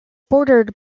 bordered